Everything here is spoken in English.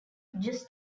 just